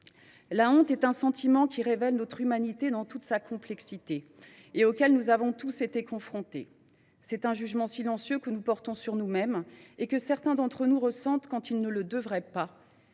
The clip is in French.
La honte est un sentiment qui révèle notre humanité dans toute sa complexité et auquel nous avons tous été confrontés. C’est un jugement silencieux que nous portons sur nous mêmes et que certains d’entre nous ressentent quand ils ne le devraient pas,